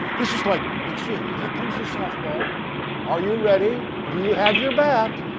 this is like excuse me here comes the softball are you ready? do you have your bat?